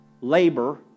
Labor